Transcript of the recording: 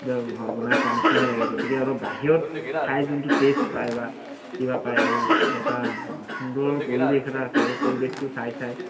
ঘৰত বনাই খোৱাৰ নিচিনাই লাগে গতিকে অলপ বাহিৰত খাই যোনটো টেষ্ট পায় বা কিবা পায় আৰু এটা সুন্দৰ পৰিৱেশ এটা আছে সেই পৰিৱেশটো চাই চাই